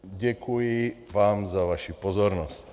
Děkuji vám za vaši pozornost.